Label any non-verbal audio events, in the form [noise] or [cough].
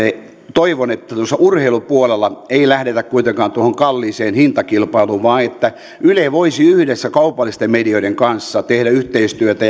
toivon että urheilupuolella ei lähdetä kuitenkaan tuohon kalliiseen hintakilpailuun vaan että yle voisi yhdessä kaupallisten medioiden kanssa tehdä yhteistyötä [unintelligible]